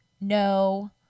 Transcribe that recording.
no